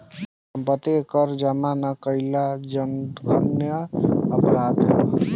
सम्पत्ति के कर जामा ना कईल जघन्य अपराध ह